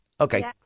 okay